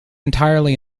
entirely